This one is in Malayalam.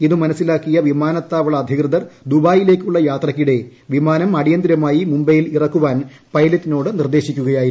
ഇതു മനസ്സിലാക്കിയ വിമാനത്താവള അധികൃതർ ദുബായിലേക്കുള്ള യാത്രയ്ക്കിടെ വിമാനം അടിയന്തിരമായി മുംബെയിൽ ഇറക്കുവാൻ പൈലറ്റിനോട് നിർദ്ദേശിക്കുകയായിരുന്നു